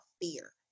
fear